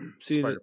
see